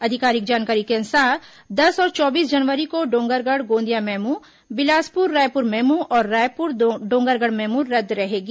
आधिकारिक जानकारी के अनुसार दस और चौबीस जनवरी को डोंगरगढ़ गोंदिया मेमू बिलासपुर रायपुर मेमू और रायपुर डोंगरगढ़ मेमू रद्द रहेगी